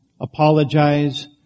apologize